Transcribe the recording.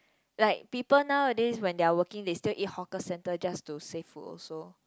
like people nowadays when they're working they still eat hawker centre just to save food also